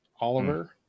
Oliver